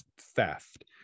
theft